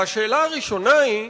והשאלה הראשונה היא,